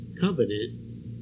covenant